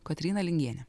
kotryna lingienė